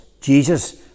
Jesus